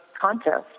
contest